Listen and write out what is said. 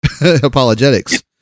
apologetics